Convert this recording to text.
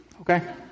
okay